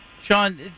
Sean